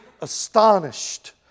astonished